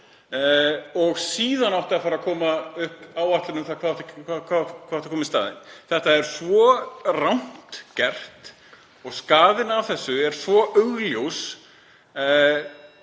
og síðan átti að koma með áætlun um það hvað ætti að koma í staðinn. Þetta er svo rangt gert og skaðinn af þessu er svo augljós